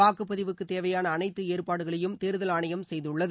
வாக்குப்பதிவுக்கு தேவையான அனைத்து ஏற்பாடுகளையும் தேர்தல் ஆணையம் செய்துள்ளது